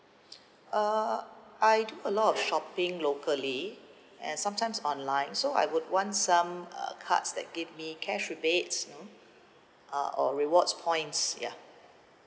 uh I do a lot of shopping locally and sometimes online so I would wants some uh cards that give me cash rebates you know uh or rewards points ya